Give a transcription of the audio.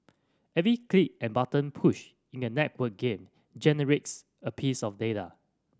every click and button push in a networked game generates a piece of data